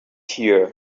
here